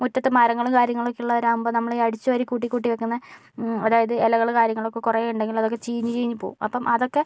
മുറ്റത്ത് മരങ്ങൾ കാര്യങ്ങളൊക്കെ ഉള്ളവരാവുമ്പോൾ നമ്മളീ അടിച്ച് വാരി കൂട്ടി കൂട്ടി വെക്കുന്ന അതായത് ഇലകൾ കാര്യങ്ങളൊക്കെ കുറേ ഉണ്ടെങ്കിൽ അതൊക്കെ ചീഞ്ഞ് ചീഞ്ഞ് പോകും അപ്പോൾ അതൊക്കെ